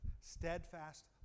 steadfast